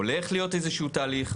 הולך להיות איזשהו תהליך,